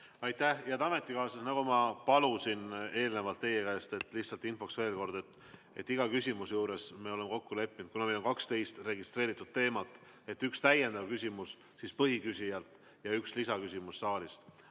Aitäh! Head ametikaaslased, nagu ma palusin eelnevalt teie käest, lihtsalt infoks veel kord, et iga küsimuse juures me oleme kokku leppinud, et kuna meil on 12 registreeritud teemat, siis on üks täiendav küsimus põhiküsijalt ja üks lisaküsimus saalist.